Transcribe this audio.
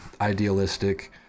idealistic